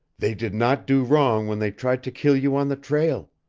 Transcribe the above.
they did not do wrong when they tried to kill you on the trail.